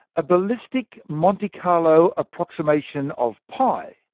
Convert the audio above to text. a ballistic monte carlo approximation of p,